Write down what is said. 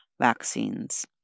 vaccines